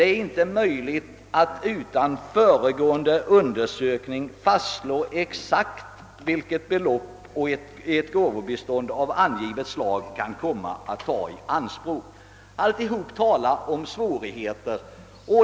——— Det är inte möjligt att utan föregående undersökningar fastslå exakt vilket belopp ett gåvobistånd av angivet slag kan komma att ta i anspråk.» Allt detta tyder på svårigheter.